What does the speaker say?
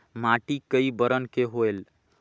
माटी कई बरन के होयल?